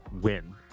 win